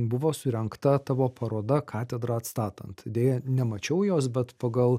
buvo surengta tavo paroda katedrą atstatant deja nemačiau jos bet pagal